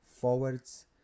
forwards